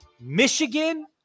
Michigan